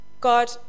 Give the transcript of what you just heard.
God